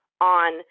on